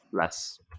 less